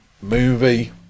movie